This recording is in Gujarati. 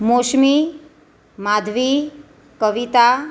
મોસમી માધવી કવિતા